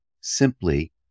simply